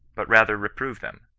but rather reprove them.